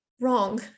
wrong